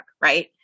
right